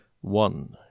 one